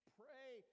pray